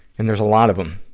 and there's a lot of them,